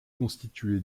constitué